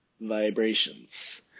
vibrations